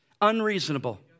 unreasonable